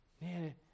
Man